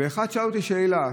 ואחד שאל אותי שאלה,